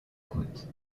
côte